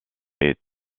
est